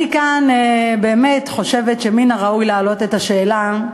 אני באמת חושבת שמן הראוי להעלות את השאלה: